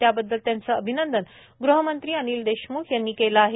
त्याबद्दल त्यांचे अभिनंदन ग्हमंत्री अनिल देशम्ख यांनी केल आहे